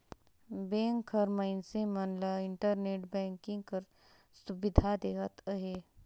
bank हर मइनसे मन ल इंटरनेट बैंकिंग कर सुबिधा देहत अहे